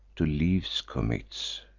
to leafs commits.